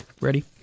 ready